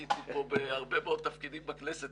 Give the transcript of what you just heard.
הייתי פה בהרבה מאוד תפקידים בכנסת,